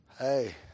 Hey